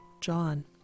John